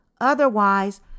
Otherwise